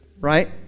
Right